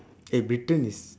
eh britain is